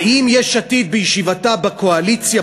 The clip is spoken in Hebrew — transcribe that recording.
האם יש עתיד בישיבתה בקואליציה,